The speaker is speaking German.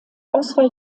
auswahl